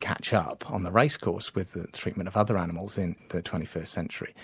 catch up on the race course with the treatment of other animals in the twenty first century.